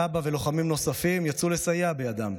סבא ולוחמים נוספים יצאו לסייע בידם.